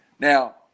Now